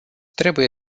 trebuie